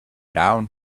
down